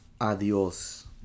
Adios